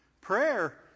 Prayer